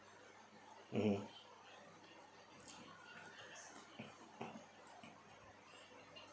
mm